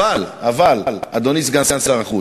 אבל, אדוני סגן שר החוץ,